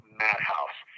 madhouse